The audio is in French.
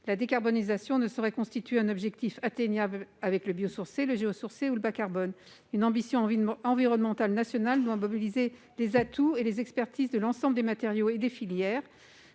la décarbonisation ne saurait constituer un objectif atteignable avec le bio-sourcées le GO sourcées ou le bas carbone une ambition environnement environnementales national doit mobiliser les atouts et les expertises de l'ensemble des matériaux et des filières